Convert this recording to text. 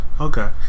Okay